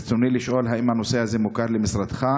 ברצוני לשאול: 1. האם הנושא מוכר למשרדך?